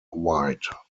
wide